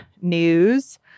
news